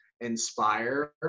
inspire